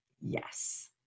Yes